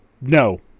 No